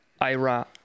Ira